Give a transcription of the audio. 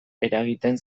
eragiten